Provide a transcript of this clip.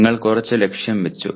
നിങ്ങൾ കുറച്ച് ലക്ഷ്യം വെച്ചു